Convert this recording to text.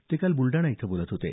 ते काल ब्लडाणा इथं बोलत होते